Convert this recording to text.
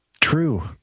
True